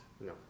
No